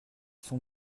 sont